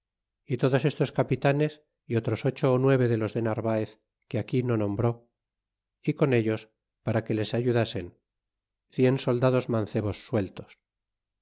y todos estos capitanes y otros ocho ó nueve de los de narvaez que aqui no nombró y con ellos para que les ayudasen cien soldados mancebos sueltos